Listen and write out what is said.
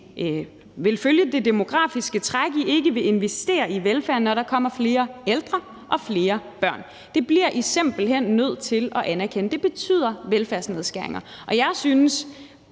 vil følge det demografiske træk, at I ikke vil investere i velfærden, når der kommer flere ældre og flere børn. Det bliver I simpelt hen nødt til at anerkende betyder velfærdsnedskæringer. Jeg synes